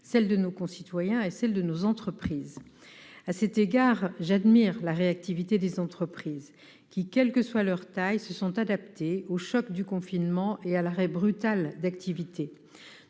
de nos concitoyens et de nos entreprises. À cet égard, j'admire la réactivité des entreprises, qui, quelle que soit leur taille, se sont adaptées au choc du confinement et à l'arrêt brutal d'activité.